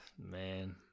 Man